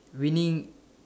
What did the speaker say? winning